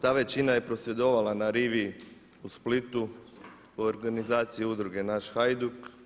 Ta većina je prosvjedovala na rivi u Splitu u organizaciju Udruge „Naš Hajduk“